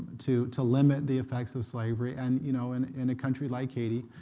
to to limit the effects of slavery. and you know and in a country like haiti,